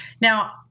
Now